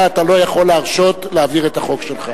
אתה לא יכול להרשות להעביר את החוק שלך.